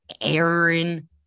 Aaron